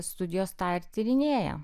studijos tą ir tyrinėja